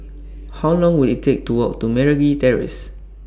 How Long Will IT Take to Walk to Meragi Terrace